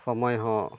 ᱥᱚᱢᱚᱭ ᱦᱚᱸ